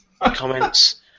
Comments